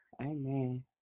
Amen